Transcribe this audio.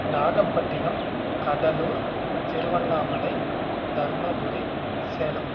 Nagapattinam Cuddalore Tiruvannamalai Dharmapuri Salem